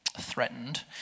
threatened